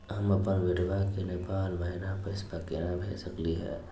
हम अपन बेटवा के नेपाल महिना पैसवा केना भेज सकली हे?